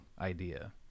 idea